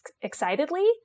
excitedly